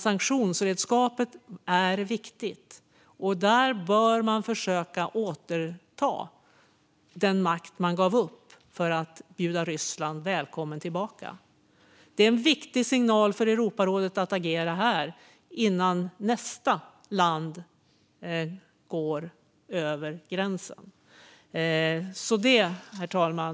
Sanktionsredskapet är viktigt, och därför bör man försöka återta den makt man gav upp för att bjuda Ryssland välkommen tillbaka. Detta är en viktig signal för Europarådet så att man kan agera innan nästa land går över gränsen. Herr talman!